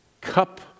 cup